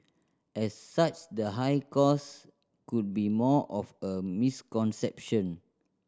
as such the high cost could be more of a misconception